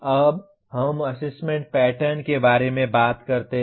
अब हम assessment pattern के बारे में बात करते हैं